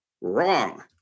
Wrong